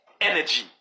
Energy